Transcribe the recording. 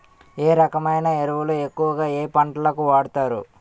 ఏ రకమైన ఎరువులు ఎక్కువుగా ఏ పంటలకు వాడతారు?